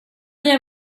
har